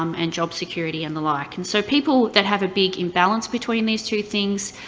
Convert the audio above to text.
um and job security and the like. and so people that have a big imbalance between these two things,